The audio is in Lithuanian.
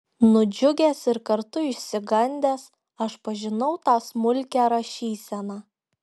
nudžiugęs ir kartu išsigandęs aš pažinau tą smulkią rašyseną